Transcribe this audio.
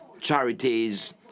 charities